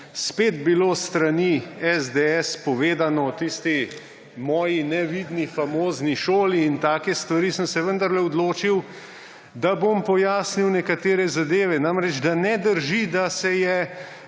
spet bilo s strani SDS povedano o tisti moji nevidni famozni šoli in take stvari, sem se vendarle odločil, da bom pojasnil nekatere zadeve. Namreč, da ne drži, da se